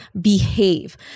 behave